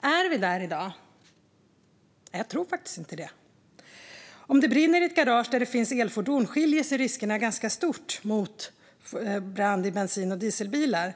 Är vi där i dag? Jag tror faktiskt inte det. När det brinner i ett garage där det finns elfordon skiljer sig riskerna ganska mycket åt mellan brand i bensinbilar respektive dieselbilar.